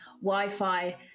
Wi-Fi